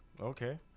okay